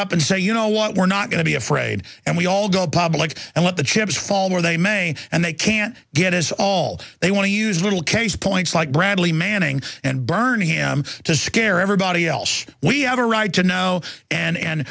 up and say you know what we're not going to be afraid and we all go public and let the chips fall where they may and they can't get as all they want to use a little case points like bradley manning and burning him to scare everybody else we have a right to know and